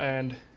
and.